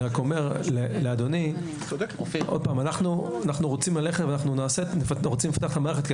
אני רק אומר לאדוני, אנחנו רוצים לפתח את המערכת.